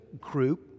group